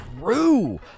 true